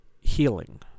healing